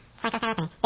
psychotherapy